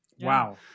Wow